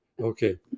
Okay